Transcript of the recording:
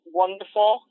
wonderful